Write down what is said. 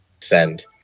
send